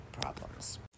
problems